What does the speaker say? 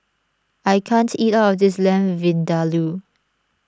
I can't eat all of this Lamb Vindaloo